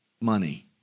money